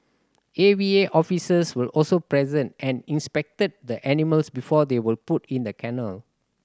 A V A officers were also present and inspected the animals before they were put in the kennel